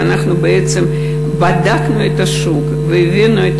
ואנחנו בעצם בדקנו את השוק והבאנו את